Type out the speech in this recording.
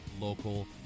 local